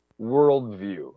worldview